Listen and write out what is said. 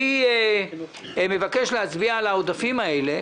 אני מבקש להצביע על העודפים האלה.